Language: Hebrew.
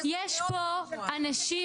יש פה אנשים,